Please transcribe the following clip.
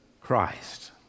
Christ